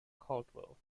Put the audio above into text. caldwell